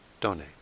donate